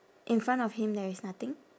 in front of him there is nothing